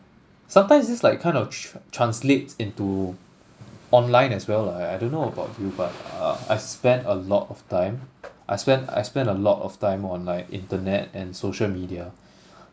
sometimes this like kind of tr~ translates into online as well lah I I don't know about you but uh I spend a lot of time I spend I spend a lot of time online internet and social media